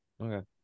Okay